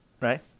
Right